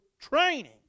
training